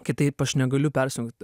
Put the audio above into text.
kitaip aš negaliu persijungt